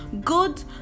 Good